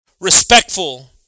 respectful